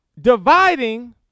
dividing